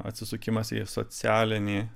atsisukimas į socialinį